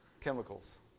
Chemicals